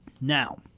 Now